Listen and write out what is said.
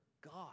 God